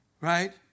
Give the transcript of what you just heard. Right